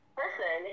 person